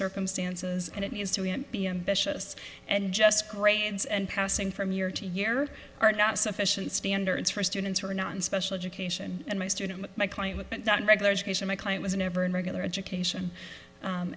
circumstances and it needs to be ambitious and just grades and passing from year to year are not sufficient standards for students who are not in special education and my student my client with regular education my client was never in regular education